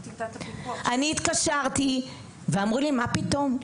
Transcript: אני התקשרתי, ואמרו לי: "מה פתאום?".